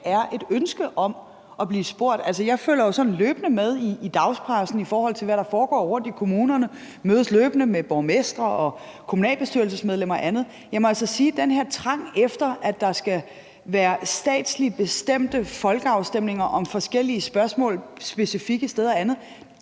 er et ønske om at blive spurgt. Jeg følger jo sådan løbende med i dagspressen, i forhold til hvad der foregår rundt i kommunerne. Jeg mødes løbende med borgmestre og kommunalbestyrelsesmedlemmer og andre. Jeg må altså sige, at den her trang efter, at der skal være statsligt bestemte folkeafstemninger om forskellige spørgsmål specifikke steder og andet,